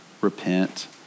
repent